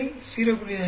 பிழை 0